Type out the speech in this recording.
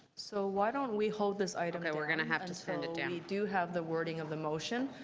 so why don't we hold this item that we're going to have to send it down. we do have the wording of the motion.